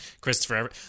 christopher